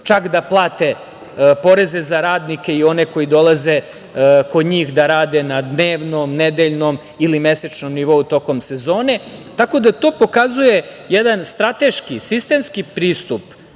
čak da plate poreze za radnike i one koji dolaze kod njih da rade na dnevnom, nedeljnom ili mesečnom nivou tokom sezone. Tako da to pokazuje jedan strateški, sistemski pristup